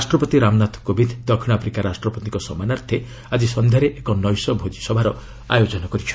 ରାଷ୍ଟ୍ରପତି ରାମନାଥ କୋବିନ୍ଦ ଦକ୍ଷିଣ ଆଫ୍ରିକା ରାଷ୍ଟ୍ରପତିଙ୍କ ସମ୍ମାନାର୍ଥେ ଆଜି ସନ୍ଧ୍ୟାରେ ଏକ ନୈଶ ଭୋଜିସଭାର ଆୟୋଜନ କରିଛନ୍ତି